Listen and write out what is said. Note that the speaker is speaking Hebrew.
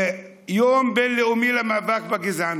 יום בין-לאומי למאבק בגזענות,